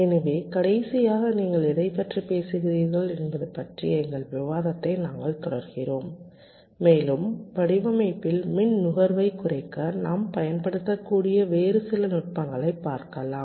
எனவே கடைசியாக நீங்கள் எதைப் பற்றி பேசுகிறீர்கள் என்பது பற்றிய எங்கள் விவாதத்தை நாங்கள் தொடர்கிறோம் மேலும் வடிவமைப்பில் மின் நுகர்வை குறைக்க நாம் பயன்படுத்தக்கூடிய வேறு சில நுட்பங்களைப் பார்க்கலாம்